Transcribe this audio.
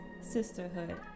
sisterhood